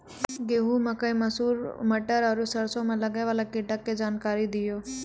गेहूँ, मकई, मसूर, मटर आर सरसों मे लागै वाला कीटक जानकरी दियो?